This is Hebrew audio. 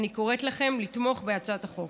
אני קוראת לכם לתמוך בהצעת החוק.